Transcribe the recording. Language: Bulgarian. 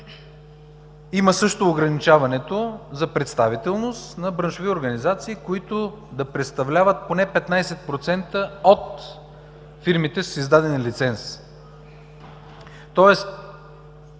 има също ограничаването за представителност на браншови организации, които да представляват поне 15% от фирмите с издаден лиценз.